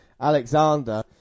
Alexander